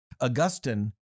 Augustine